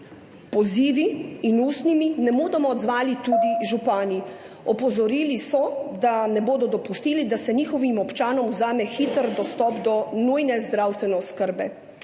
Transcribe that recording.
pozivi in ustnimi nemudoma odzvali tudi župani. Opozorili so, da ne bodo dopustili, da se njihovim občanom vzame hiter dostop do nujne zdravstvene oskrbe.